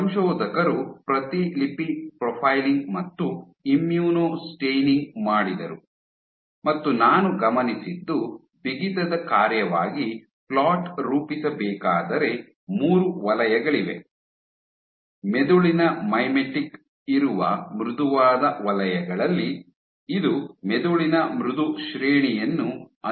ಸಂಶೋಧಕರು ಪ್ರತಿಲಿಪಿ ಪ್ರೊಫೈಲಿಂಗ್ ಮತ್ತು ಇಮ್ಯುನೊಸ್ಟೈನಿಂಗ್ ಮಾಡಿದರು ಮತ್ತು ನಾನು ಗಮನಿಸಿದ್ದು ಬಿಗಿತದ ಕಾರ್ಯವಾಗಿ ಫ್ಲೋಟ್ ರೂಪಿಸಬೇಕಾದರೆ ಮೂರು ವಲಯಗಳಿವೆ ಮೆದುಳಿನ ಮೈಮೆಟಿಕ್ ಇರುವ ಮೃದುವಾದ ವಲಯಗಳಲ್ಲಿ ಇದು ಮೆದುಳಿನ ಮೃದು ಶ್ರೇಣಿಯನ್ನು ಅನುಕರಿಸುತ್ತದೆ